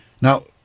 Now